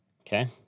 Okay